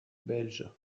belge